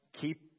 keep